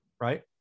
Right